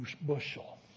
bushel